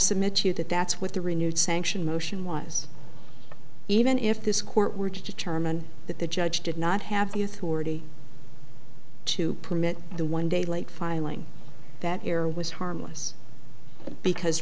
submit to you that that's what the renewed sanction motion was even if this court were to determine that the judge did not have the authority to permit the one day late filing that here was harmless because